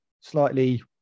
slightly